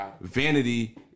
vanity